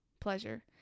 pleasure